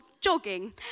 jogging